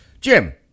Jim